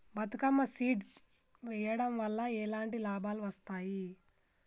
Bathukamma seed వెయ్యడం వల్ల ఎలాంటి లాభాలు వస్తాయి?